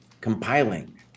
compiling